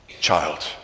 child